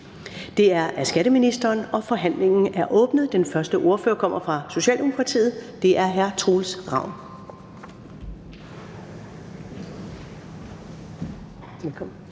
næstformand (Karen Ellemann): Forhandlingen er åbnet. Den første ordfører kommer fra Socialdemokratiet. Det er hr. Troels Ravn.